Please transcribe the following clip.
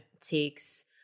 takes